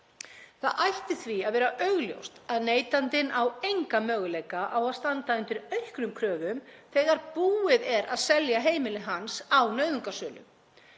Það ætti því að vera augljóst að neytandinn á enga möguleika á að standa undir auknum kröfum hans þegar búið er að selja heimili hans á nauðungarsölu.